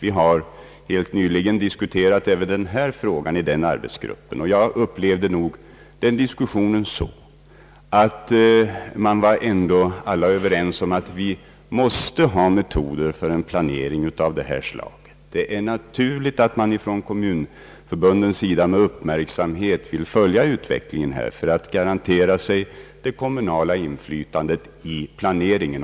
I denna arbetsgrupp har vi diskuterat även frågan om den regionala utvecklingsplaneringen och den kommunala självstyrelsen. Alla var där överens om att vi måste ha metoder för en planering av detta slag. Samtidigt var det naturligt att man från kommunförbundens sida med uppmärksamhet ville följa utvecklingen för att garantera det kommunala inflytandet i planeringen.